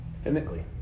physically